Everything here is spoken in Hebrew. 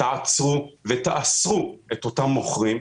תעצרו ותאסרו את אותם מוכרים.